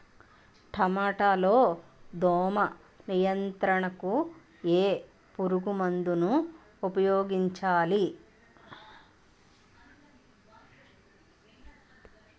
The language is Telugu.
టమాటా లో దోమ నియంత్రణకు ఏ పురుగుమందును ఉపయోగించాలి?